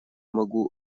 могу